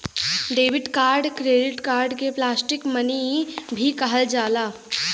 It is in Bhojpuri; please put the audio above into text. डेबिट कार्ड क्रेडिट कार्ड के प्लास्टिक मनी भी कहल जाला